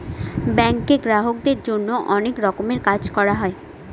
ব্যাঙ্কে গ্রাহকদের জন্য অনেক রকমের কাজ করা হয়